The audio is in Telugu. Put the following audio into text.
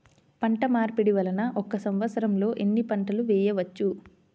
పంటమార్పిడి వలన ఒక్క సంవత్సరంలో ఎన్ని పంటలు వేయవచ్చు?